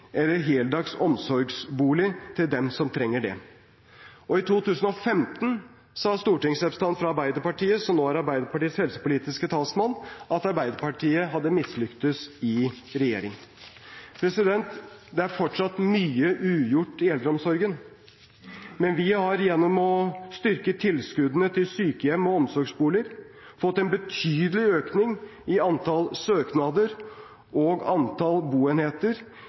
eller heldags omsorgsbolig til dem som trenger det. I 2015 sa en stortingsrepresentant fra Arbeiderpartiet, som nå er Arbeiderpartiets helsepolitiske talsmann, at Arbeiderpartiet hadde mislyktes i regjering. Det er fortsatt mye ugjort i eldreomsorgen, men vi har gjennom å styrke tilskuddene til sykehjem og omsorgsboliger fått en betydelig økning i antall søknader og antall boenheter